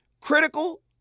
critical